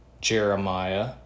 Jeremiah